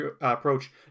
approach